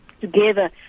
together